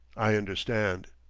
i understand.